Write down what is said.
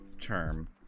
term